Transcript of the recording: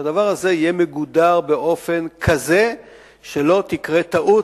שהדבר הזה יהיה מגודר באופן כזה שלא תקרה טעות,